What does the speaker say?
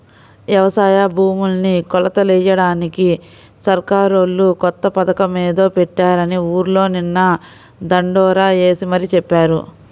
యవసాయ భూముల్ని కొలతలెయ్యడానికి సర్కారోళ్ళు కొత్త పథకమేదో పెట్టారని ఊర్లో నిన్న దండోరా యేసి మరీ చెప్పారు